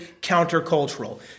countercultural